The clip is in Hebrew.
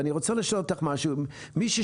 אבל אני רוצה לשאול אותך משהו: מישהו